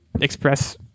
express